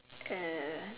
uh